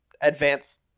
advanced